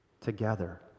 together